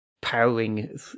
powering